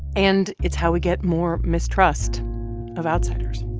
and it's how we get more mistrust of outsiders